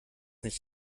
nicht